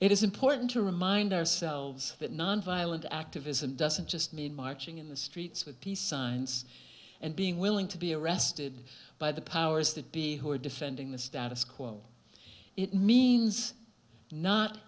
it is important to remind ourselves that nonviolent activism doesn't just mean marching in the streets with peace signs and being willing to be arrested by the powers that be who are defending the status quo it means not